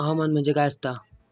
हवामान म्हणजे काय असता?